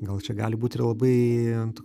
gal čia gali būt ir labai toks